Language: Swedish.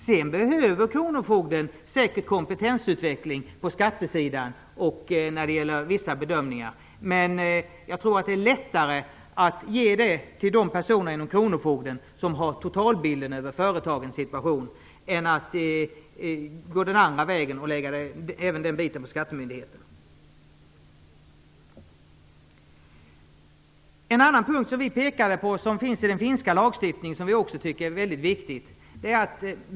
Kronofogden behöver säkert kompetensutveckling på skatteområdet och när det gäller vissa bedömningar. Men jag tror att det är lättare att ge det till de personer inom kronofogdemyndigheten som har totalbilden av företagens situation än att gå den andra vägen och lägga även den delen på skattemyndigheten. En annan punkt som vi pekat på som vi också tycker är väldigt viktig finns i den finska lagstiftningen.